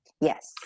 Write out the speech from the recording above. yes